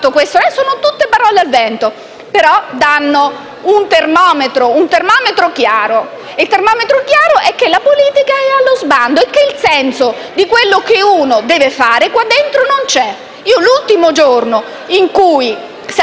la politica è allo sbando e il senso di quello che uno deve fare qua dentro non c'è. L'ultimo giorno in cui saremo qui in Senato, e cioè l'ultimo giorno di seduta, porterò lo smalto per le unghie. Mi darò lo smalto e finalmente avrò la